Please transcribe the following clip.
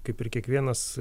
kaip ir kiekvienas